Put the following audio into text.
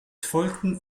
folgten